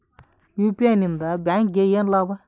UPI ಲಿಂದ ಬ್ಯಾಂಕ್ಗೆ ಏನ್ ಲಾಭ?